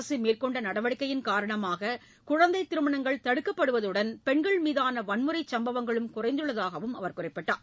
அரசு மேற்கொண்ட நடவடிக்கையின் காரணமாக குழந்தை திருமணங்கள் தடுக்கப்படுவதுடன் பெண்கள் மீதான வன்முறை சம்பவங்களும் குறைந்துள்ளதாக அமைச்சர் கூறினார்